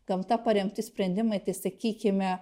gamta paremti sprendimai tai sakykime